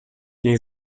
niej